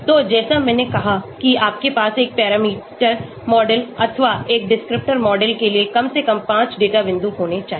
तो जैसा मैंने कहा कि आपके पास एक पैरामीटर मॉडल अथवा एकडिस्क्रिप्टर मॉडल के लिए कम से कम 5 डेटा बिंदु होने चाहिए